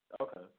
Okay